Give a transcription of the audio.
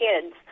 kids